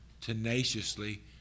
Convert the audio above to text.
tenaciously